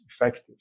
effective